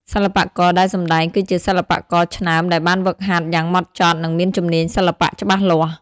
សិល្បករដែលសម្តែងគឺជាសិល្បករឆ្នើមដែលបានហ្វឹកហាត់យ៉ាងហ្មត់ចត់ និងមានជំនាញសិល្បៈច្បាស់លាស់។